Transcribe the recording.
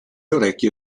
orecchie